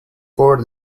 cover